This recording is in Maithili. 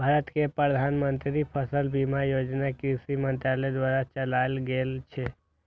भारत मे प्रधानमंत्री फसल बीमा योजना कृषि मंत्रालय द्वारा चलाएल गेल छै